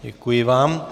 Děkuji vám.